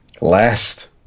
last